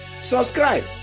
subscribe